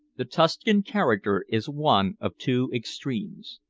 the tuscan character is one of two extremes.